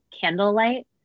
candlelight